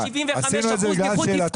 אני עם 75% נכות תפקודית.